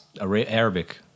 arabic